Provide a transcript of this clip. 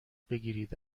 بگیرید